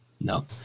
No